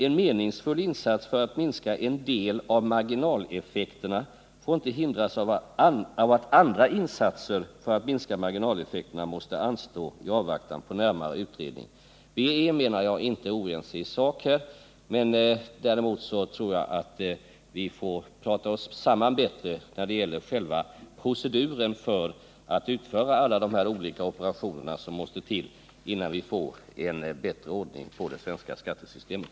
En meningsfull insats för att minska en del av marginaleffekterna får inte hindras av att andra insatser för att göra det måste anstå i avvaktan på närmare utredning. Vi är, menar jag, inte oense i sak. Däremot tror jag det är nödvändigt att vi får tillfälle att resonera oss samman bättre när det gäller själva proceduren för att utföra alla de reparationer som måste till i syfte att få en bättre ordning på det svenska skattesystemet.